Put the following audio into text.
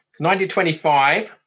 1925